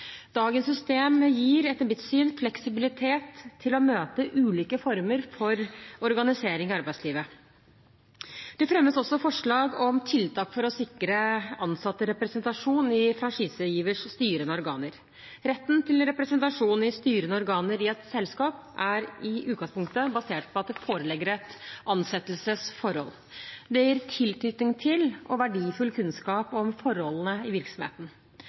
Dagens system gir, etter mitt syn, fleksibilitet til å møte ulike former for organisering i arbeidslivet. Det fremmes også forslag om tiltak for å sikre ansatte representasjon i franchisegivers styrende organer. Retten til representasjon i styrende organer i et selskap er i utgangspunktet basert på at det foreligger et ansettelsesforhold. Det gir tilknytning til og verdifull kunnskap om forholdene i virksomheten.